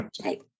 Okay